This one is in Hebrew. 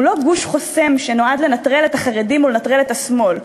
הוא לא גוש חוסם שנועד לנטרל את החרדים או לנטרל את השמאל,